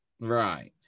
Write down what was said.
Right